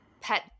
pet